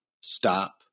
Stop